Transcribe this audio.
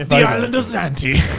ah island of zante.